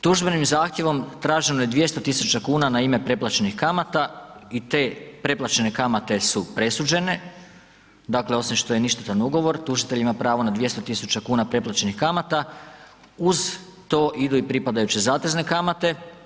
Tužbenim zahtjevom traženo je 200 tisuća kuna na ime preplaćenih kamata i te preplaćene kamate su presuđene, dakle, osim što je ništetan ugovor, tužitelj ima pravo na 200 tisuća kuna preplaćenih kamata, uz to idu pripadajuće zatezne kamate.